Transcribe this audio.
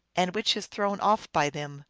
and which is thrown off by them,